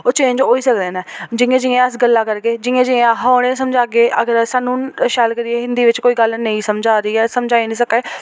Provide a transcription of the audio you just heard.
ओह् चेंज़ होई सकदे न जि'यां जि'यां अस गल्लां करगे जि'यां जि'यां अस उ'नें ई समझागे अगर सानूं शैल करियै हिंदी बिच कोई गल्ल नेईं समझ आ दी ऐ समझाई निं सका दे